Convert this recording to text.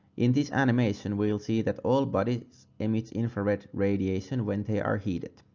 in this animation we will see that all bodies emits infrared radiation when they are heated.